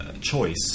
choice